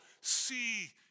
see